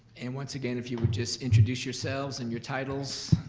and once again, if you would just introduce yourselves and your titles,